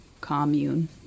commune